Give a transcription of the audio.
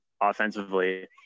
offensively